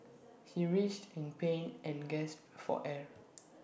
he writhed in pain and gasped for air